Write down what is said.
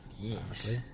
Yes